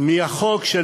מהחוק של